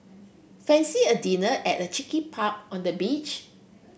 fancy a dinner at a cheeky pub on the beach